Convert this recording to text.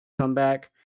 comeback